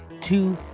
two